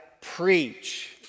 preach